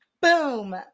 Boom